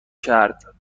کرد